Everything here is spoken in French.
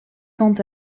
quant